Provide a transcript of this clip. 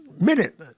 minute